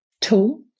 tool